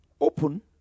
open